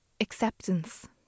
acceptance